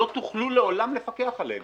לא תוכלו לעולם לפקח עליהם.